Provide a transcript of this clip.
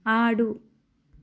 ఆడు